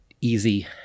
Easy